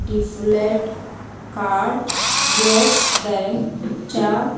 डिफलेट card Yes बँकच्या